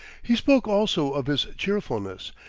he spoke also of his cheerfulness,